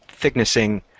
thicknessing